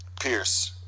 Pierce